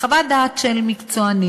חוות דעת של מקצוענים,